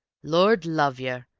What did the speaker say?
lord love yer,